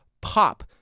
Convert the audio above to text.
Pop